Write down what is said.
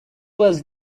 was